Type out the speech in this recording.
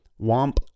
Womp